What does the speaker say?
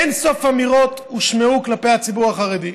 אין-סוף אמירות הושמעו כלפי הציבור החרדי.